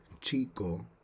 chico